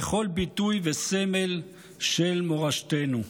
לכל ביטוי וסמל של מורשתנו.